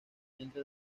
entre